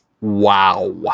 wow